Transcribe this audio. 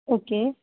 okay